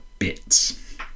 bits